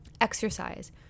exercise